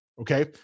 Okay